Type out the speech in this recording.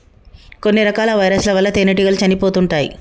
కొన్ని రకాల వైరస్ ల వల్ల తేనెటీగలు చనిపోతుంటాయ్